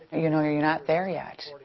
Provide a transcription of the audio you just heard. you know you're you're not there, yet.